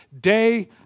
day